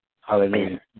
Hallelujah